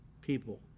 people